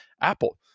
Apple